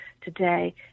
today